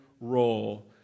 role